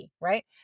right